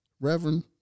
Reverend